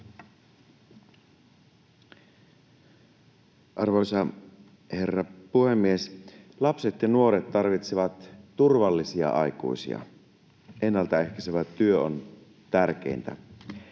Arvoisa herra puhemies! Lapset ja nuoret tarvitsevat turvallisia aikuisia. Ennaltaehkäisevä työ on tärkeintä.